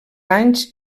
anys